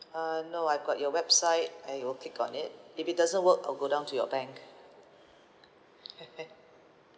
uh no I got your website and will click on it if it doesn't work I'll go down to your bank